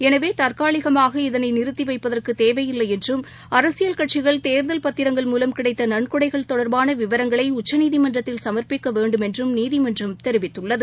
எனவேதற்காலிகமாக இதனைநிறத்திவைப்பதற்குதேவையில்லைஎன்றும் அரசியல் கட்சிகள் தேர்தல் பத்திரங்கள் மூலம் கிடைத்தநன்கொடைகள் தொடர்பானவிவரங்களைஉச்சநீதிமன்றத்தில் ரகசியமாகசமர்ப்பிக்கவேண்டும் என்றும் நீதிமன்றம் தெரிவித்துள்ளது